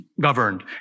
governed